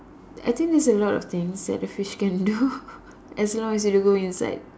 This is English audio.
I think there's a lot of things that a fish can do as long as you don't go inside